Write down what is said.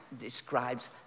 describes